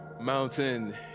Mountain